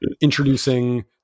introducing